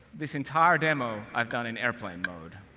this entire demo i've done in airplane mode.